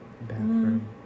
Bathroom